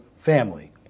family